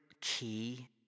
key